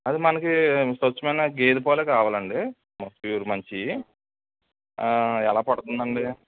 అది మనకు స్వచ్ఛమైన గేదె పాలు కావాలి అండి ప్యూర్ మంచివి ఎలా పడుతుందండి